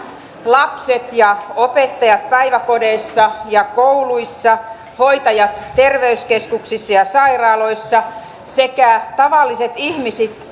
lapset ja opettajat päiväkodeissa ja kouluissa hoitajat terveyskeskuksissa ja sairaaloissa sekä tavalliset ihmiset